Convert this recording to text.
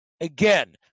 Again